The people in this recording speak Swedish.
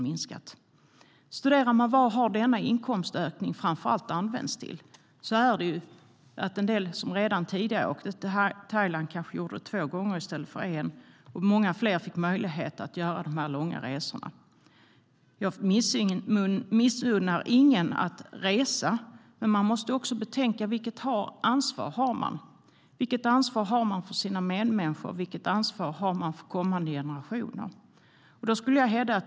Vad har denna inkomstökning framför allt använts till? De som redan tidigare åkte till Thailand kanske gjorde det två gånger i stället för en. Många fler fick möjlighet att göra långa resor. Jag missunnar ingen att resa, men man måste också betänka vilket ansvar man har. Vilket ansvar har man för sina medmänniskor? Vilket ansvar har man för kommande generationer?